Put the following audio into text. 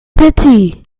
pity